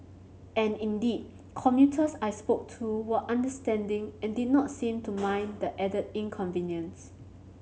and indeed commuters I spoke to were understanding and did not seem to mind the added inconvenience